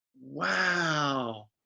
Wow